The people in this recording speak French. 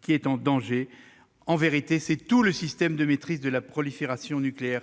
qui est en danger. En vérité, c'est tout le système de maîtrise de la prolifération nucléaire en